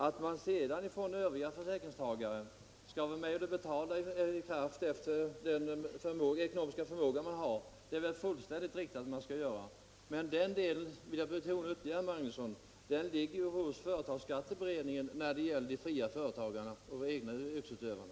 Att sedan övriga försäkringstagare skall vara med och betala efter den ekonomiska förmåga de har är väl fullständigt riktigt. Men jag vill ytterligare betona, herr Magnusson, att den frågan ligger hos företagsskatteberedningen i vad gäller egenföretagarna och de fria yrkesutövarna.